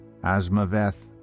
Asmaveth